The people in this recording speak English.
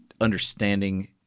understanding